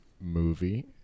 movie